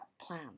plan